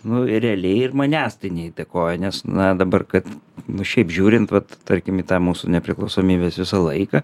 nu ir realiai ir manęs tai neįtakoja nes na dabar kad nu šiaip žiūrint vat tarkim į tą mūsų nepriklausomybės visą laiką